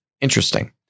Interesting